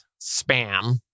spam